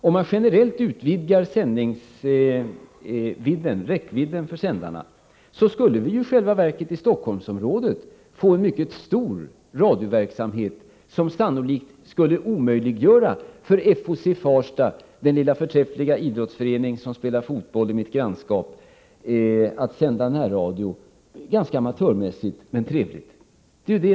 Om man generellt utvidgar räckvidden för sändarna, skulle vi i Stockholmsområdet få en mycket omfattande radioverksamhet, som sannolikt skulle omöjliggöra för FOC Farsta — den lilla, förträffliga idrottsförening som spelar fotboll i mitt grannskap — att sända närradio, något som den nu gör; ganska amatörmässigt men trevligt.